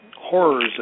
horrors